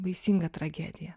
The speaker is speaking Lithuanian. baisinga tragedija